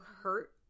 hurt